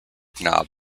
knob